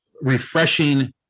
refreshing